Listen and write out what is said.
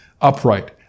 upright